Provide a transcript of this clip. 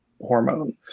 hormone